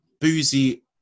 boozy